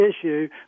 issue